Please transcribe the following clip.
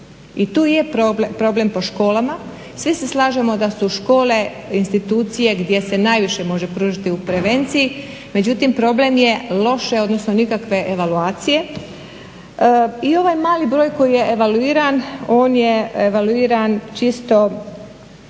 I tu je problem po školama, svi se slažemo da su škole institucije gdje se najviše može pružiti u prevenciji, međutim problem je loše odnosno nikakve evaluacije. I ovaj mali broji koji je evaluiran on je evaluiran čisto